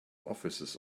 offices